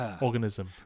organism